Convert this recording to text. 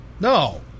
No